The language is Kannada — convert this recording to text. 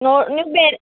ನೋ ನೀವು ಬೇರೆ